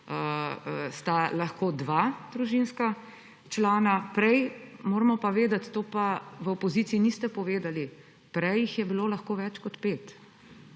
sta lahko dva družinska člana, moramo pa vedeti, tega pa v opoziciji niste povedali, prej jih je bilo lahko več kot pet.